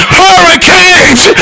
hurricanes